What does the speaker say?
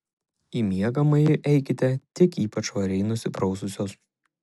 į miegamąjį eikite tik ypač švariai nusipraususios